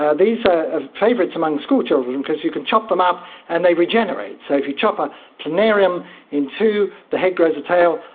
these are favourites among schoolchildren because you can chop them up and they regenerate. so if you chop a planarian in two, the head grows a tail,